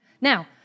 now